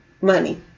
money